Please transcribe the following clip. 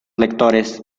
lectores